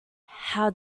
how